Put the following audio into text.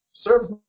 Serves